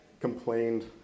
complained